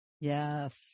Yes